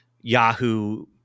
yahoo